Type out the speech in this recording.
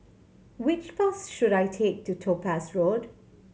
which bus should I take to Topaz Road